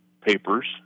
papers